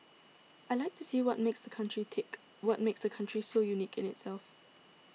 I like to see what makes the country tick what makes the country so unique in itself